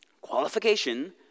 qualification